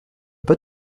pas